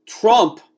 Trump